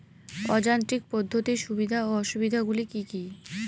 অযান্ত্রিক পদ্ধতির সুবিধা ও অসুবিধা গুলি কি কি?